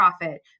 profit